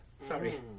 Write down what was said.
Sorry